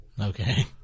Okay